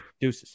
Deuces